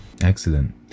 Excellent